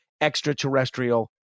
extraterrestrial